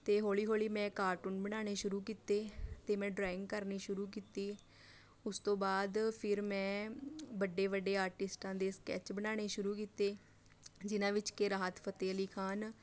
ਅਤੇ ਹੌਲ਼ੀ ਹੌਲ਼ੀ ਮੈਂ ਕਾਰਟੂਨ ਬਣਾਉਣੇ ਸ਼ੁਰੂ ਕੀਤੇ ਅਤੇ ਮੈਂ ਡਰਾਇੰਗ ਕਰਨੀ ਸ਼ੁਰੂ ਕੀਤੀ ਉਸ ਤੋਂ ਬਾਅਦ ਫਿਰ ਮੈਂ ਵੱਡੇ ਵੱਡੇ ਆਰਟਿਸਟਾਂ ਦੇ ਸਕੈੱਚ ਬਣਾਉਣੇ ਸ਼ੁਰੂ ਕੀਤੇ ਜਿਹਨਾਂ ਵਿੱਚ ਕਿ ਰਾਹਤ ਫਤਿਹ ਅਲੀ ਖਾਨ